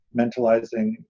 mentalizing